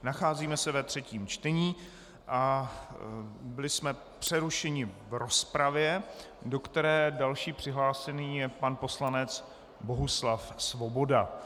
Nacházíme se ve třetím čtení a byli jsme přerušeni v rozpravě, do které další přihlášený je pan poslanec Bohuslav Svoboda.